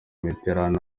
mitterand